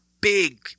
big